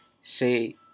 say